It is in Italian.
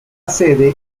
sede